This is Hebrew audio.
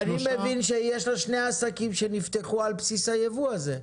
אני מבין שיש לה שני עסקים שנפתחו על בסיס היבוא הזה.